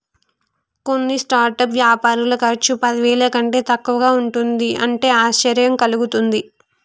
కొన్ని స్టార్టప్ వ్యాపారుల ఖర్చు పదివేల కంటే తక్కువగా ఉంటుంది అంటే ఆశ్చర్యం కలుగుతుంది